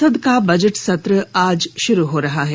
संसद का बजट सत्र आज शुरू हो रहा है